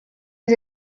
his